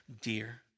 dear